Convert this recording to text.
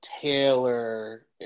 Taylor